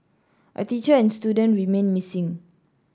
a teacher and student remain missing